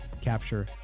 capture